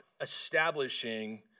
establishing